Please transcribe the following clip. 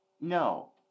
no